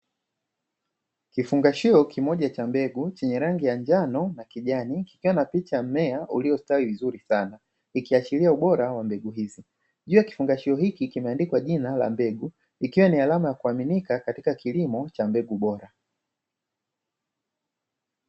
Kifungashio kimoja cha mbegu chenye rangi ya njano na kijani kikiwa na picha ya mmea uliostawi vizuri sana, ukiachilia ubora wa mbegu hizi, hicho kifungashio hiki kimeandikwa jina la mbegu ikiwa ni alama ya kuaminika katika kilimo cha mbegu bora.